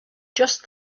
just